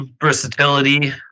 versatility